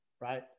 right